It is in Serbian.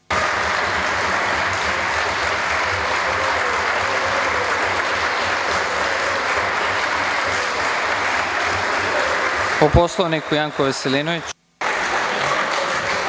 Poslovniku Janko Veselinović.